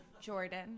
Jordan